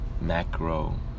macro